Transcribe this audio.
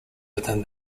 within